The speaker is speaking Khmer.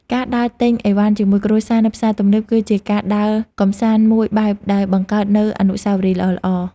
ការដើរទិញអីវ៉ាន់ជាមួយគ្រួសារនៅផ្សារទំនើបគឺជាការដើរកម្សាន្តមួយបែបដែលបង្កើតនូវអនុស្សាវរីយ៍ល្អៗ។